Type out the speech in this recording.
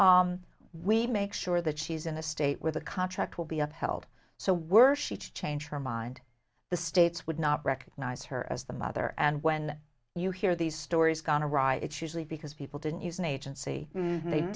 so we make sure that she's in a state where the contract will be upheld so we're changed her mind the states would not recognize her as the mother and when you hear these stories gone awry it's usually because people didn't use an agency